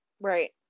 Right